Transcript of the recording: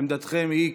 עמדתכם היא?